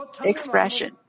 expression